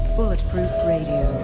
bulletproof radio,